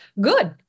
Good